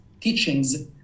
teachings